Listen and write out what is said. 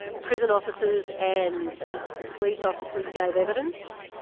prisoners officers and police officers gave evidence,